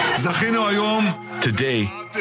Today